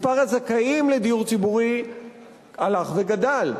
מספר הזכאים לדיור ציבורי הלך וגדל.